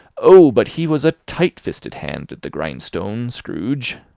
oh! but he was a tight-fisted hand at the grind-stone, scrooge!